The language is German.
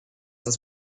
das